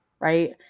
right